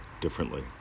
differently